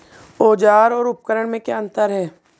औज़ार और उपकरण में क्या अंतर है?